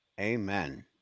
Amen